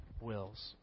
wills